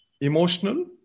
Emotional